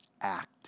act